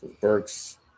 Burks